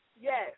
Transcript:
Yes